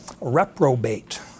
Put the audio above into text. reprobate